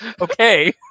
Okay